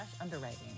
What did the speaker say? underwriting